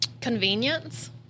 convenience